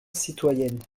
citoyennes